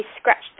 scratched